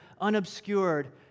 unobscured